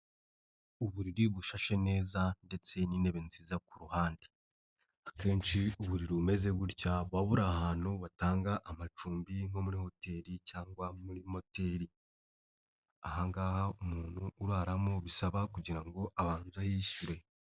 Uburiri bufashe neza ndetse n'intebe nziza ku ruhande akenshi uburiri bumeze gutya buba buri ahantu batanga amacumbi nko muri hoteri cyangwa muri moteri ahangaha umuntu uraramo bisaba kugira ngo abanze yishyure.